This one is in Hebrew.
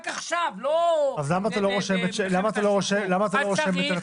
אז למה אתה לא רושם ארץ מוצא?